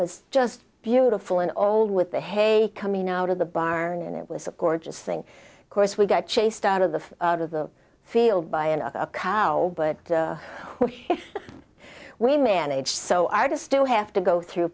was just beautiful and old with the hay coming out of the barn and it was a gorgeous thing of course we got chased out of the out of the field by an a cow but we managed so are to still have to go through